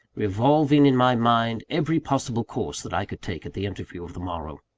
revolving in my mind every possible course that i could take at the interview of the morrow.